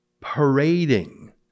parading